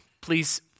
Please